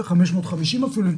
550 מיליון אפילו,